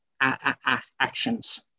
actions